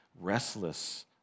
restless